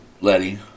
Letty